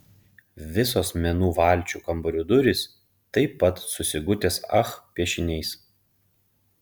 visos menų valčių kambarių durys taip pat su sigutės ach piešiniais